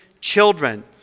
children